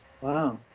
Wow